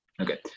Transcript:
Okay